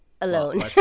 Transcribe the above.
Alone